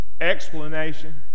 explanation